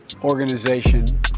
organization